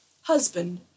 Husband